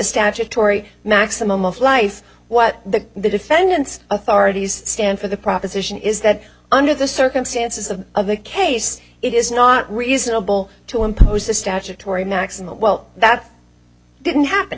statutory maximum of life what the defendant's authorities stand for the proposition is that under the circumstances of of the case it is not reasonable to impose the statutory maximum well that didn't happen